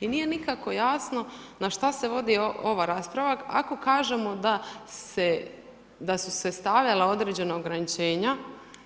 I nije nikako jasno na što se vodi ova rasprava ako kažemo da su se stavljala određena ograničenja